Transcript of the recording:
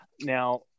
now